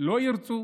לא ירצו,